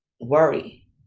worry